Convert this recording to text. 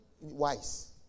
wise